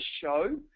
show